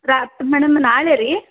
ರಾತ madam ನಾಳೆ ರಿ